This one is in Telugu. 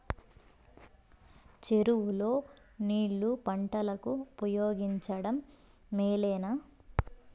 చెరువు లో నీళ్లు పంటలకు ఉపయోగించడం మేలేనా?